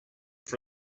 for